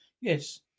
Yes